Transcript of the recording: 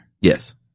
Yes